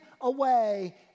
away